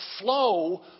flow